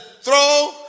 throw